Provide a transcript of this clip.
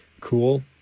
cool